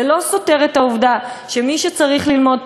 זה לא סותר את העובדה שמי שצריך ללמוד תורה,